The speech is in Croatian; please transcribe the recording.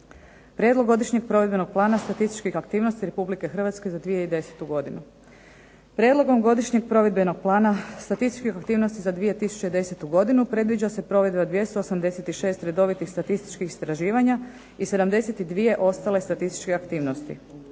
Prijedlog godišnjeg provedbenog plana statističkih aktivnosti Republike Hrvatske za 2010. godinu. Prijedlogom godišnjeg provedbenog plana statističkih aktivnosti za 2010. godinu predviđa se provedba 286 redovitih statističkih istraživanja, i 72 ostale statističke aktivnosti.